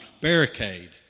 barricade